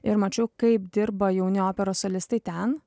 ir mačiau kaip dirba jauni operos solistai ten